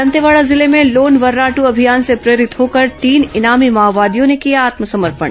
दंतेवाड़ा जिले में लोन वर्राट् अभियान से प्रेरित होकर तीन इनामी माओवादियों ने किया आत्मसमर्पण